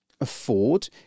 afford